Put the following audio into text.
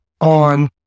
on